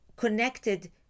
connected